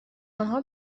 آنها